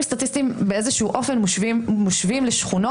סטטיסטיים באיזשהו אופן מושווים לשכונות,